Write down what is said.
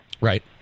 Right